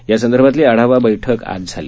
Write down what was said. यासंदर्भातली आढावा बैठक आज झाली